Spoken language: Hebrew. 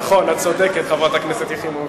נכון, את צודקת, חברת הכנסת יחימוביץ.